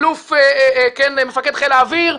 גם מפקד חיל האוויר,